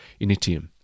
Initium